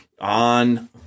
on